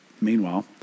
Meanwhile